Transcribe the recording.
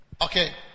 Okay